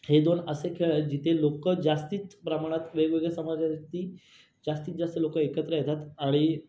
हे दोन असे खेळ आहेत जिथे लोकं जास्तीच प्रमाणात वेगवेगळे समाजाची जास्तीत जास्त लोकं एकत्र येतात आणि